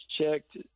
checked